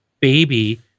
baby